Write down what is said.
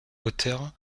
hauteur